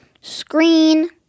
screen